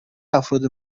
افراد